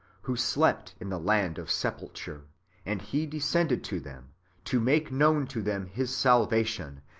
who slept in the land of sepulture and he descended to them to make known to them his salvation,